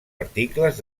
articles